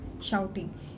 shouting